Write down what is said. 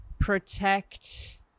protect